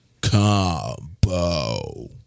combo